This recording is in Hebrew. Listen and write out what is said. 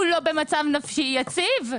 הוא לא במצב נפשי יציב.